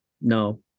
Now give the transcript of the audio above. no